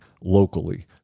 locally